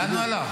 לאן הוא הלך?